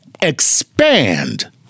expand